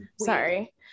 sorry